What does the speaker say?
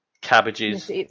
cabbages